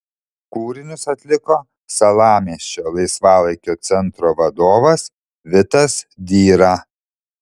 kūrinius atliko salamiesčio laisvalaikio centro vadovas vitas dyra